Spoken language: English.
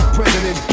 President